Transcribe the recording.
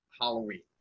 Halloween